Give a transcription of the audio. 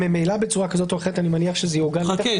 ממילא בצורה כזאת או אחרת אני מניח שזה יעוגן --- חכה.